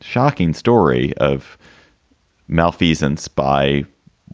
shocking story of malfeasance by